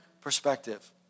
perspective